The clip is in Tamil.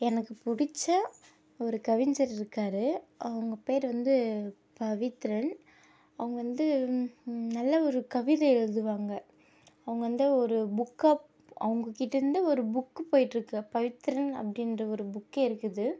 எனக்கு பிடிச்ச ஒரு கவிஞர் இருக்கார் அவங்க பேர் வந்து பவித்ரன் அவங்க வந்து நல்ல ஒரு கவிதை எழுதுவாங்க அவங்க வந்து ஒரு புக்காக அவங்கக்கிட்டேருந்து ஒரு புக்கு போய்கிட்ருக்கு பவித்ரன் அப்படின்ற ஒரு புக்கே இருக்குது